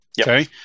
Okay